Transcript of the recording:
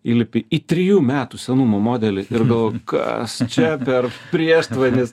įlipi į trijų metų senumo modelį ir galvoji kas čia per prieštvanis